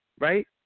right